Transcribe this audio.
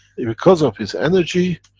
because of its energy,